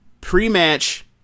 Pre-match